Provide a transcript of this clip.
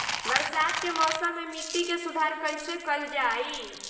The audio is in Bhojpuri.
बरसात के मौसम में मिट्टी के सुधार कइसे कइल जाई?